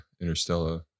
Interstellar